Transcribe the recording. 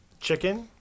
Chicken